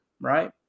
right